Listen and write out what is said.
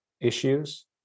issues